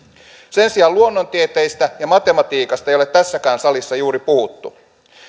sen sijaan luonnontieteistä ja matematiikasta ei ole tässäkään salissa juuri puhuttu